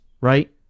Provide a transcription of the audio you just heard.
right